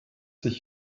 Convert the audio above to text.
sich